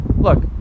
Look